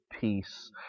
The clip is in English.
peace